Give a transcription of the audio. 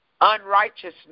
unrighteousness